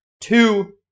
Two